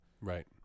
Right